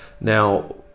Now